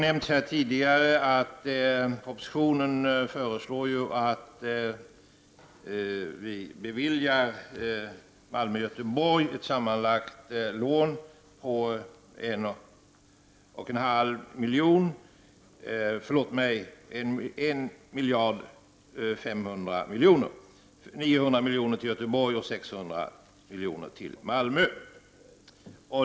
Det har tidigare nämnts att det i propositionen föreslås att Malmö och Göteborg skall beviljas ett lån på sammanlagt 1,5 miljarder — 900 miljoner till Göteborg och 600 miljoner till Malmö.